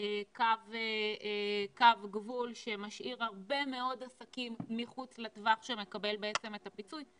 קו גבול שמשאיר הרבה מאוד עסקים מחוץ לטווח שמקבל בעצם את הפיצוי.